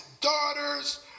daughters